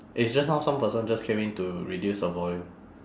eh just now some person just came in to reduce the volume